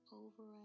over